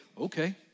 okay